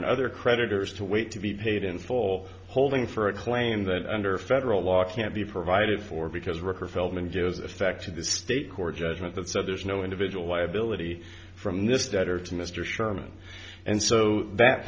and other creditors to wait to be paid in full holding for a claim that under federal law can't be provided for because worker feldman gives effect to the state court judgment that so there's no individual liability from this debtor to mr sherman and so that